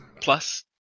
Plus